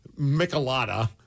Michelada